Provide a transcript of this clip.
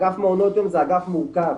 אגף מעונות יום זה אגף מאוד מורכב,